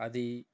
అది